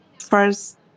first